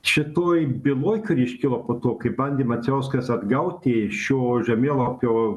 šitoj byloj kuri iškilo po to kai bandė macijauskas atgauti šio žemėlapio